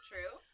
True